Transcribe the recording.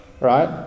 right